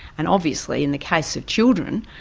and, obviously, in the case of children,